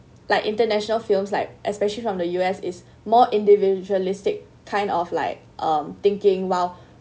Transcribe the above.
like international films like especially from the U_S is more individualistic kind of like um thinking while